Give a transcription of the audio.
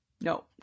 No